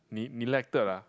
ne~ neglected ah